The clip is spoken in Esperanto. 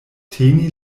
teni